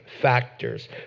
factors